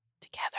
together